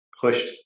pushed